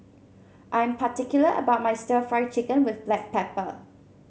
I'm particular about my stir Fry Chicken with Black Pepper